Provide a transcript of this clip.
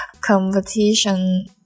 competition